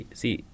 see